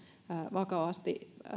vakavasti